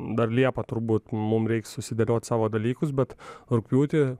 dar liepą turbūt mum reiks susidėliot savo dalykus bet rugpjūtį